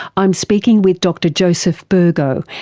i'm speaking with dr joseph burgo,